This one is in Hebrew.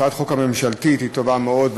הצעת החוק הממשלתית היא טובה מאוד,